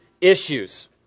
issues